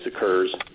occurs